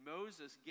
Moses